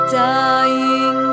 dying